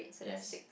yes